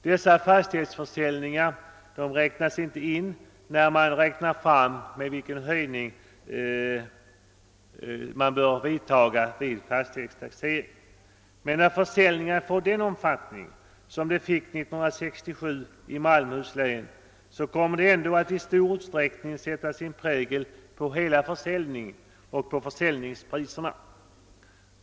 Dessa fastighetsförsäljningar räknas inte med när man räknar fram hur mycket fastighetsvärdena skall höjas vid taxeringen, men när försäljningarna får sådan omfattning som de fick 1967 i Malmöhus län kommer de ändå att i stor utsträckning sätta sin prägel på hela försäljningen och på försäljningspriserna.